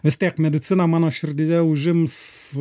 vis tiek medicina mano širdyje užims